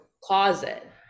closet